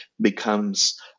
becomes